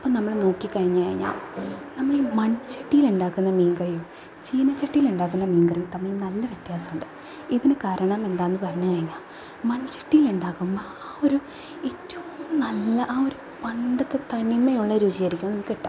അത് നമ്മൾ നോക്കി കഴിഞ്ഞു കഴിഞ്ഞാൽ നമ്മളീ മൺ ചട്ടിയിലുണ്ടാക്കുന്ന മീൻ കറിയും ചീന ചട്ടിയിലുണ്ടാക്കുന്ന മീൻ കറിയും തമ്മിൽ നല്ല വ്യത്യാസമുണ്ട് ഇതിന് കാരണം എന്താണെന്ന് പറഞ്ഞ് കഴിഞ്ഞാൽ മൺ ചട്ടിയിലുണ്ടാക്കുന്ന ആ ഒരു ഏറ്റവും നല്ല ആ ഒരു പണ്ടത്തെ തനിമയുള്ള രുചിയായിരിക്കും കിട്ടുക